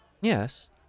Yes